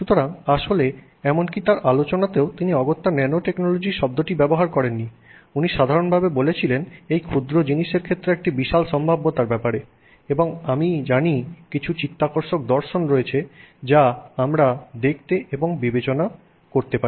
সুতরাং আসলে এমনকি তার আলোচনাতেও তিনি অগত্যা ন্যানোটেকনোলজি শব্দটি ব্যবহার করেননি উনি সাধারণভাবে বলেছিলেন এই ক্ষুদ্র জিনিসের ক্ষেত্রে একটি বিশাল সম্ভাব্যতার ব্যাপারে এবং আমি জানি কিছু চিত্তাকর্ষক দর্শন রয়েছে যা আমরা দেখতে এবং বিবেচনা করতে পারি